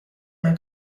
una